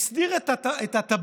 הסדיר את התב"עות